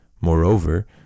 Moreover